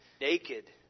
Naked